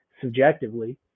subjectively